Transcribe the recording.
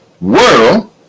world